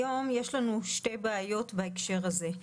היום יש לנו שתי בעיות בהקשר הזה.